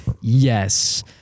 yes